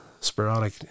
sporadic